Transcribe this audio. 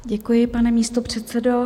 Děkuji, pane místopředsedo.